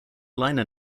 liner